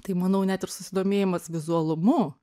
tai manau net ir susidomėjimas vizualumu